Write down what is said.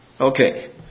Okay